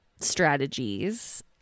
strategies